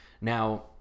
Now